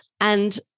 And-